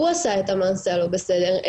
הוא עשה את המעשה הלא בסדר,